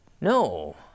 No